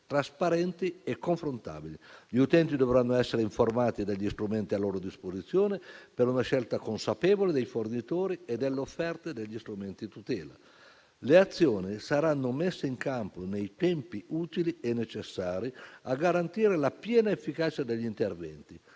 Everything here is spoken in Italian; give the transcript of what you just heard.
trasparenti e confrontabili. Gli utenti dovranno essere informati degli strumenti a loro disposizione per una scelta consapevole dei fornitori, delle offerte e degli strumenti di tutela. Le azioni saranno messe in campo nei tempi utili e necessari a garantire la piena efficacia degli interventi